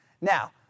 Now